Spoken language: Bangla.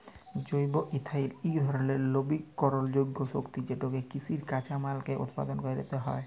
জৈব ইথালল ইক ধরলের লবিকরলযোগ্য শক্তি যেটকে কিসিজ কাঁচামাললে উৎপাদিত হ্যইতে পারে